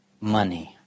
money